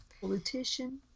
politician